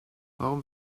warum